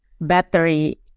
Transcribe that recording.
battery